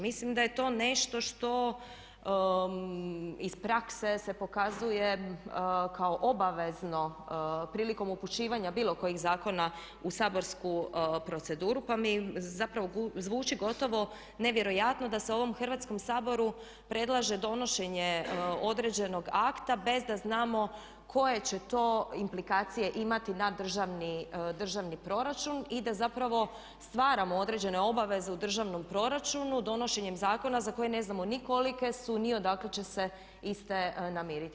Mislim da je to nešto što iz prakse se pokazuje kao obavezno prilikom upućivanja bilo kojih zakona u saborsku proceduru, pa mi zapravo zvuči gotovo nevjerojatno da se ovom Hrvatskom saboru predlaže donošenje određenog akta bez da znamo koje će to implikacije imati na državni proračun i da zapravo stvaramo određene obaveze u državnom proračunu donošenjem zakona za koje ne znamo ni kolike su, ni odakle će se iste namiriti.